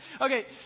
Okay